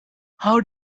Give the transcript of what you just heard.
how